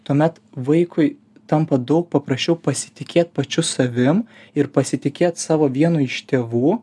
tuomet vaikui tampa daug paprasčiau pasitikėt pačiu savim ir pasitikėt savo vienu iš tėvų